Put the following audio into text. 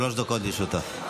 שלוש דקות לרשותה.